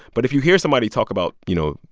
but if you hear somebody talk about, you know,